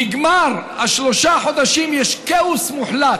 בגמר שלושת החודשים יש כאוס מוחלט.